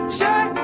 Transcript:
sure